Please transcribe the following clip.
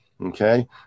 Okay